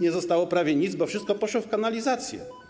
nie zostało prawie nic, bo wszystko poszło w kanalizację.